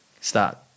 start